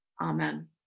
Amen